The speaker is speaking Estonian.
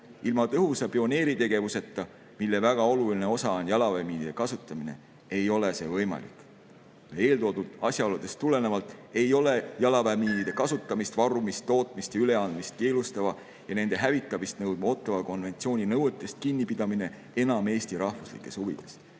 Ilma tõhusa pioneeritegevuseta, mille väga oluline osa on jalaväemiinide kasutamine, ei ole see võimalik." Eeltoodud asjaoludest tulenevalt ei ole jalaväemiinide kasutamist, varumist, tootmist ja üleandmist keelustava ja nende hävitamist nõudva Ottawa konventsiooni nõuetest kinnipidamine enam Eesti rahvuslikes huvides.